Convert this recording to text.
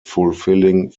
fulfilling